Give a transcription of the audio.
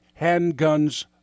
handguns